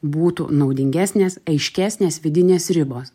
būtų naudingesnės aiškesnės vidinės ribos